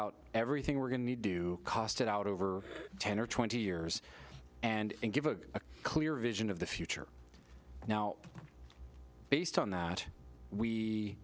out everything we're going to do costed out over ten or twenty years and give a clear vision of the future now based on that we